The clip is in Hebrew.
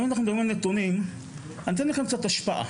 אם אנחנו מדברים על נתונים אני אתן לכם דוגמה להשפעה.